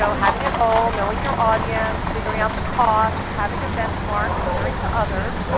so having a goal, knowing your audience, figuring out the cost, having a benchmark comparing to others.